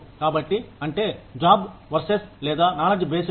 కాబట్టి అంటే job versus లేదా నాలెడ్జ్ బేస్డ్ పే